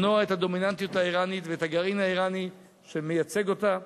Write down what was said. למנוע את הדומיננטיות האירנית ואת הגרעין האירני שמייצג אותה.